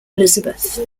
elizabeth